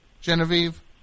Genevieve